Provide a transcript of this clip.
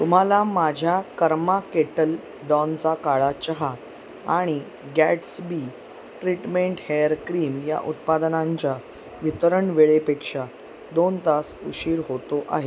तुम्हाला माझ्या Karma Kettle डॉनचा काळा चहा आणि गॅड्सबी ट्रीटमेंट हेअर क्रीम ह्या उत्पादनांच्या वितरण वेळेपेक्षा दोन तास उशीर होतो आहे